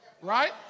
right